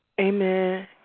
Amen